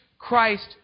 Christ